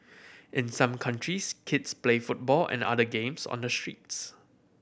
in some countries kids play football and other games on the streets